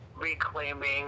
reclaiming